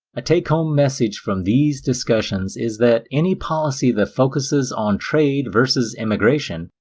a take-home message from these discussions is that any policy that focuses on trade versus immigration,